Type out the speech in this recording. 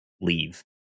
leave